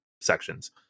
sections